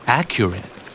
accurate